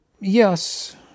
Yes